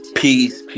peace